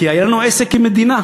כי היה לנו עסק עם מדינה.